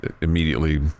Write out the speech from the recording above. immediately